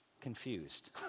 confused